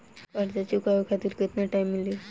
कर्जा चुकावे खातिर केतना टाइम मिली?